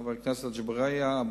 חבר הכנסת אגבאריה,